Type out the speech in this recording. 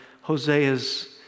Hosea's